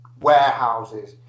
warehouses